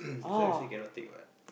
this one you say cannot take what